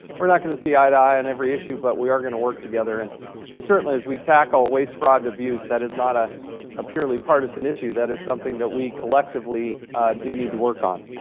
we're not going to see eye-to-eye on every issue, but we are going to work together. and and certainly as we tackle waste, fraud, and abuse, that is not a ah purely partisan issue. that is something that we collectively do need to work on.